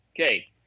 Okay